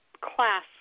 class